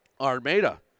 Armada